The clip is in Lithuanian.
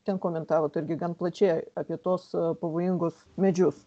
ten komentavot irgi gan plačiai apie tuos pavojingus medžius